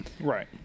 Right